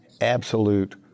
absolute